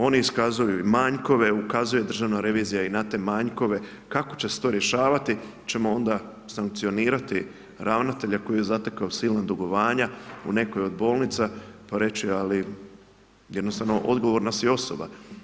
Oni iskazuju manjkove, ukazuje Državna revizija i na te manjkove, kako će se to rješavati, hoćemo onda sankcionirati ravnatelja koji je zatekao silna dugovanja u nekoj od bolnica pa reći, ali jednostavno odgovorna si osoba.